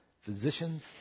physicians